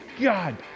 God